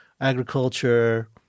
agriculture